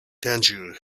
tangier